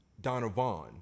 Donovan